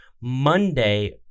Monday